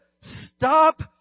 stop